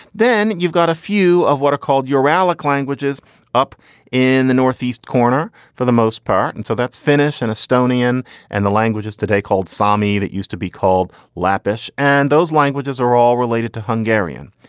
then you've got a few of what are called yooralla languages up in the northeast corner for the most part. and so that's finnish and estonian and the languages today called salmi that used to be called lapis. and those languages are all related to hungarian.